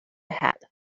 hat